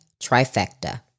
trifecta